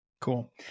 Cool